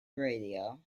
radio